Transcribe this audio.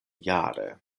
jare